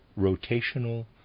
rotational